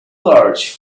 large